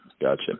Gotcha